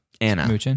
Anna